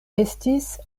estis